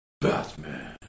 Batman